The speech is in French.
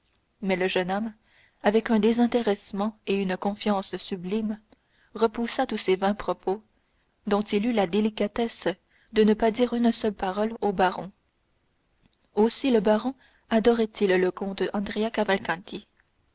mais le jeune homme avec un désintéressement et une confiance sublimes repoussa tous ces vains propos dont il eut la délicatesse de ne pas dire une seule parole au baron aussi le baron adorait il le comte